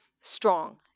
Strong